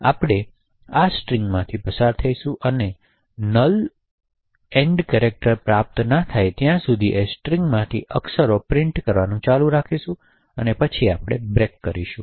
તેથી આપણે આ સ્ટ્રિંગમાંથી પસાર થઈશું અને નલ સમાપ્તિ કેરેક્ટર પ્રાપ્ત ન થાય ત્યાં સુધી સ્ટ્રિંગમાંથી અક્ષરો પ્રિન્ટ કરવાનું ચાલુ રાખીએ છીએ અને પછી આપણે બ્રેક કરીશું